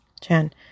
Chan